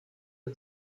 der